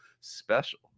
special